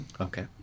Okay